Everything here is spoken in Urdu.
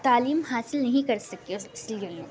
تعلیم حاصل نہیں کر سکے اس لئے